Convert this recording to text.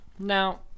Now